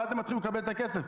ואז הם יתחילו לקבל את הכסף,